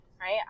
right